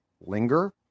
linger